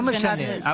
לא משנה.